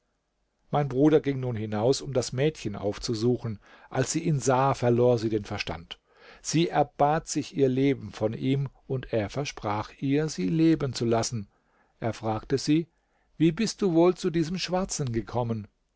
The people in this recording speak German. mein bruder ging nun hinaus um das mädchen aufzusuchen als sie ihn sah verlor sie den verstand sie erbat sich ihr leben von ihm und er versprach ihr sie leben zu lassen er fragte sie wie bist du wohl zu diesem schwarzen gekommen